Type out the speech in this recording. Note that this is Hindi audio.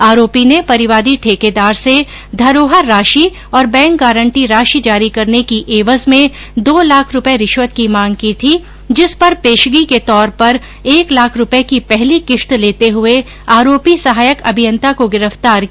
आरोपी ने परिवादी ठेकेदार से धरोहर राशि और बैंक गारंटी राशि जारी करने की एवज में दो लाख रूपये रिश्वत की मांग की थी जिस पर पेशगी के तौर पर एक लाख रूपये की पहली किश्त लेते हुए आरोपी सहायक अभियंता को गिरफ्तार किया गया